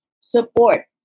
support